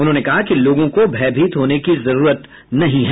उन्होंने कहा कि लोगों को भयभीत होने की जरूरत नहीं है